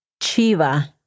chiva